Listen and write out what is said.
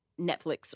Netflix